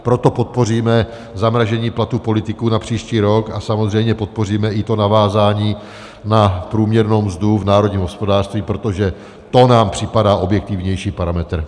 Proto podpoříme zamrazení platů politiků na příští rok a samozřejmě podpoříme i to navázání na průměrnou mzdu v národním hospodářství, protože to nám připadá jako objektivnější parametr.